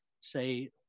say